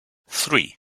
three